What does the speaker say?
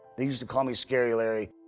they used to call me scary larry.